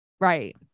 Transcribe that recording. Right